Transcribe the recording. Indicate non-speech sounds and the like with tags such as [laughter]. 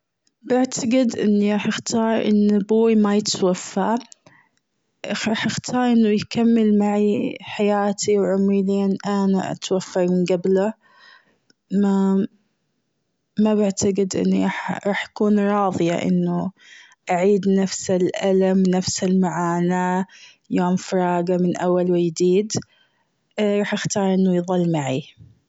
بعتقد إني راح اختار أن أبوي ما يتوفى راح اختار أنه يكمل معي حياتي وعمري لين أنا اتوفى من قبله ما-ما بعتقد إني راح أكون راضية أنه أعيد نفس الألم نفس معاناة يوم فراقه من أول وجديد، [hesitation] راح اختار انه يظل معي.